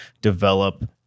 develop